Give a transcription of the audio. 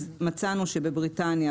מצאנו שבבריטניה,